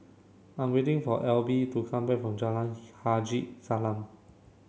I'm waiting for Elby to come back from Jalan Haji Salam